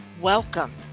Welcome